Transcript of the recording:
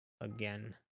again